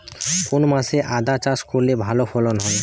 কোন মাসে আদা চাষ করলে ভালো ফলন হয়?